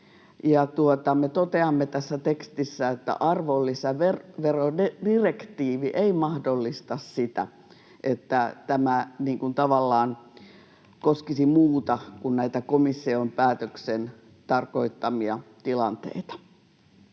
toteamme tässä tekstissä, että arvonlisäverodirektiivi ei mahdollista sitä, että tämä tavallaan koskisi muuta kuin näitä komission päätöksen tarkoittamia tilanteita.